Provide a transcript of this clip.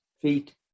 feet